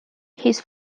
his